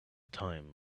time